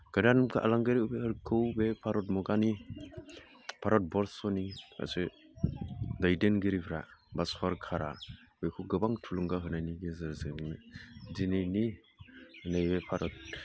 गोदान फालांगिरिफोरखौ बे भारत मुगानि भारतबर्सनि गासै दैदेनगिरिफोरा बा सरकारा बेखौ गोबां थुलुंगा होनायनि गेजेरजों दिनैनि नैबे भारत